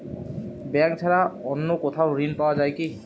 Bank ছাড়া অন্য কোথাও ঋণ পাওয়া যায় কি?